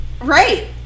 Right